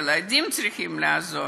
הילדים צריכים לעזור.